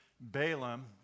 Balaam